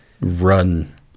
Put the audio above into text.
run